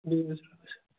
بِہِو حظ رۄبَس حَوال